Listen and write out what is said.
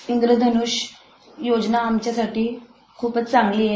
इंद्रधनुष्य योजना आमच्यासाठी खूपच चांगली आहे